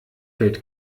fällt